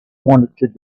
wanted